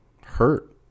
hurt